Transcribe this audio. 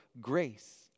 grace